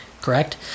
correct